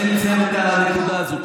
תן לי לסיים את הנקודה הזאת,